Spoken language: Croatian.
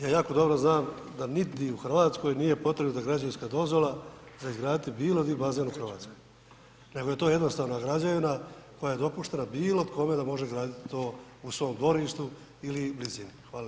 Ja jako dobro znam da nigdje u Hrvatskoj nije potrebna građevinska dozvola za izgraditi bilo gdje bazen u Hrvatskoj nego je to jednostavna građevina koja je dopuštena bilo kome da može graditi to u svome dvorištu ili blizini.